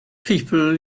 people